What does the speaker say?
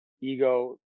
ego